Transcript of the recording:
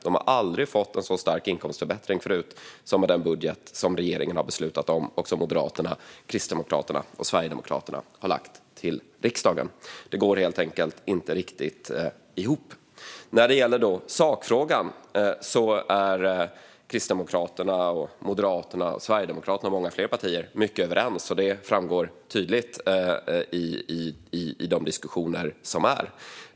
De har aldrig fått en så stark inkomstförbättring som med den budget som regeringen har beslutat om och som Moderaterna, Kristdemokraterna och Sverigedemokraterna har lagt till riksdagen. Det går helt enkelt inte riktigt ihop. När det gäller sakfrågan är Kristdemokraterna, Moderaterna, Sverigedemokraterna och många fler partier mycket överens. Det framgår tydligt i de diskussioner som är.